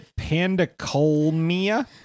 Pandacolmia